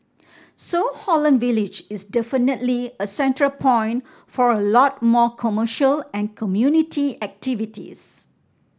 so Holland Village is definitely a central point for a lot more commercial and community activities